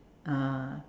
uh